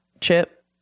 chip